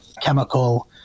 chemical